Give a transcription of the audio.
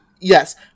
Yes